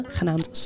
genaamd